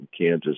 Kansas